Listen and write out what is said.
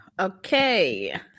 Okay